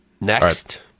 Next